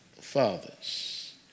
fathers